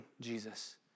Jesus